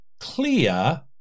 clear